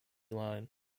line